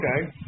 Okay